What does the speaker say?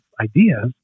ideas